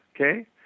okay